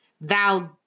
Thou